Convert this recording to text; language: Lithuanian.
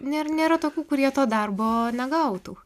nėra tokių kurie to darbo negautų